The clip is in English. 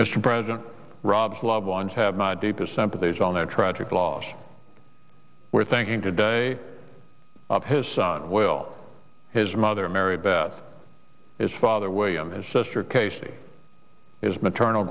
mr president rob's loved ones have my deepest sympathies on the tragic loss we're thinking today of his son will his mother mary beth his father william his sister casey is maternal